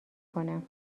کنم